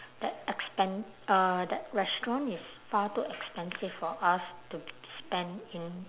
that expen~ uh that restaurant is far too expensive for us to spend in